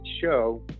show